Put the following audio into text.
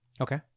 Okay